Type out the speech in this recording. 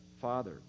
Father